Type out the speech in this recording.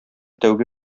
тәүге